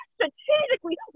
strategically